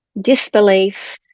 Disbelief